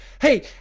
Hey